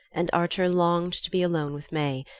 and archer longed to be alone with may,